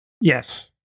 Yes